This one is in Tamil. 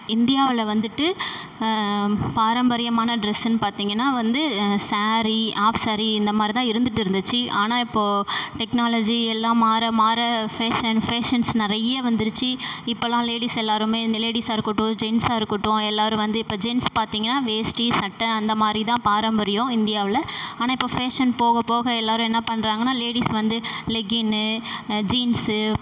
இந்தியாவில் வந்துவிட்டு பாரம்பரியமான ட்ரெஸ்ஸுன்னு பார்த்தீங்கன்னா வந்து ஸேரீ ஆஃப்ஸேரீ இந்த மாதிரி தான் இருந்துகிட்டு இருந்துச்சு ஆனால் இப்போ டெக்னாலஜி எல்லாம் மாற மாற ஃபேஷன் ஃபேஷன்ஸ் நிறைய வந்துருச்சு இப்போல்லாம் லேடிஸ் எல்லாருமே இந்த லேடிஸாக இருக்கட்டும் ஜென்ஸாக இருக்கட்டும் எல்லாரும் வந்து இப்போ ஜென்ஸ் பார்த்தீங்கன்னா வேஷ்டி சட்டை அந்த மாதிரி தான் பாரம்பரியம் இந்தியாவில் ஆனால் இப்போ ஃபேஷன் போகபோக எல்லாரும் என்ன பண்ணுறாங்கன்னா லேடிஸ் வந்து லெகின்னு ஜீன்ஸு